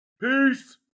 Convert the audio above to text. Peace